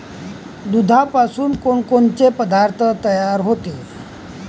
दुधापासून कोनकोनचे पदार्थ तयार होते?